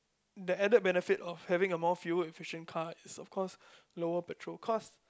the added benefit of having a more fuel efficient car is of course lower petrol cost